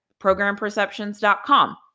programperceptions.com